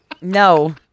No